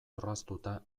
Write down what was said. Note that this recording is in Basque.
orraztuta